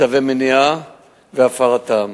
צווי מניעה והפרתם,